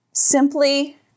simply